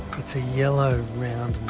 it's a yellow round